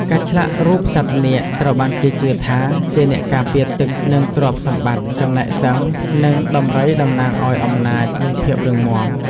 ការឆ្លាក់រូបសត្វនាគត្រូវបានគេជឿថាជាអ្នកការពារទឹក និងទ្រព្យសម្បត្តិ ចំណែកសិង្ហ និងដំរីតំណាងឱ្យអំណាច និងភាពរឹងមាំ។